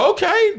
Okay